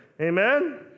Amen